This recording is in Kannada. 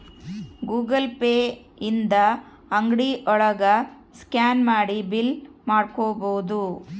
ಗೂಗಲ್ ಪೇ ಇಂದ ಅಂಗ್ಡಿ ಒಳಗ ಸ್ಕ್ಯಾನ್ ಮಾಡಿ ಬಿಲ್ ಕಟ್ಬೋದು